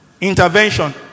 Intervention